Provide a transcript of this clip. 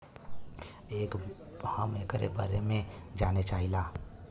हम एकरे बारे मे जाने चाहीला?